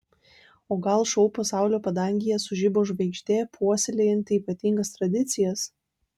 o gal šou pasaulio padangėje sužibo žvaigždė puoselėjanti ypatingas tradicijas